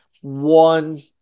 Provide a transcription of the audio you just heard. one